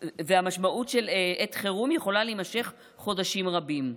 של עת חירום יכולה להימשך חודשים רבים.